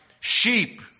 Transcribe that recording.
sheep